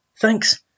thanks